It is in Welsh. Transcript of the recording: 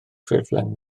ffurflen